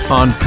on